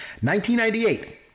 1998